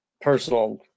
personal